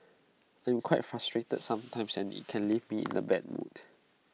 I'm quite frustrated sometimes and IT can leave me in A bad mood